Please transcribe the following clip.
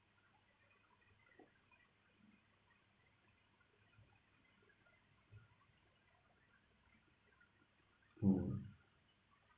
mm